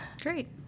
Great